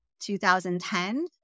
2010